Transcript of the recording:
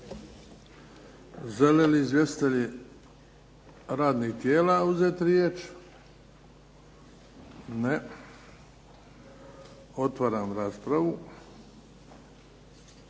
Žele li izvjestitelji radnih tijela uzeti riječ? ne. Otvaram raspravu.